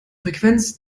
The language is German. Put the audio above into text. frequenz